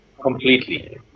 completely